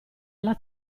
alla